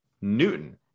Newton